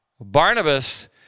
Barnabas